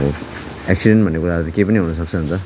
अब एक्सिडेन्ट भन्ने कुराहरू अब केही पनि हुनसक्छ नि त